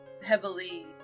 heavily